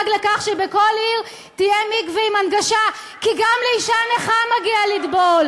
מיליארד שקל להנגשה במוסדות לימוד במשך חמש שנים.